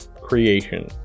creation